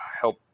help